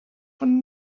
een